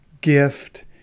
gift